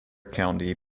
county